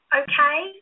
okay